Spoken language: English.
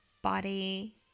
body